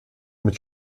mit